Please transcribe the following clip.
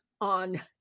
on